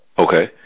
Okay